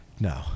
No